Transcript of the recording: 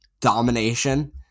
domination